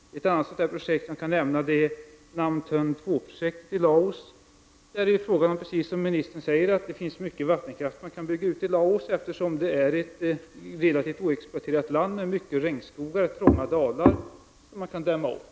Ettannatsådant projekt är Nam Theun-projekt 2 i Laos. Precis som ministern säger finns det i Laos mycket vattenkraft som kan byggas ut, eftersom Laos är ett relativt oexploaterat land med många regnskogar och trånga dalgångar som kan dämmas upp.